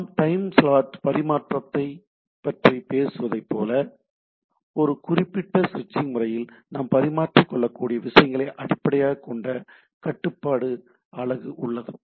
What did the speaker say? நாம் time slot பரிமாற்றத்தைப் பற்றி பேசுவதைப் போல ஒரு குறிப்பிட்ட சுவிட்சிங் முறையில் நாம் பரிமாறிக்கொள்ளக்கூடிய விஷயங்களை அடிப்படையாகக் கொண்ட கட்டுப்பாட்டு அலகு உள்ளது